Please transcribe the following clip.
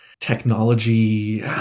technology